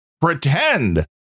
pretend